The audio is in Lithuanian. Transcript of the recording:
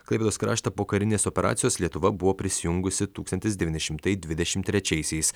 klaipėdos kraštą po karinės operacijos lietuva buvo prisijungusi tūkstantis devyni šimtai dvidešimt trečiaisiais